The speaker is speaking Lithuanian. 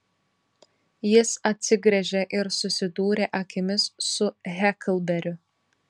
jis atsigręžė ir susidūrė akimis su heklberiu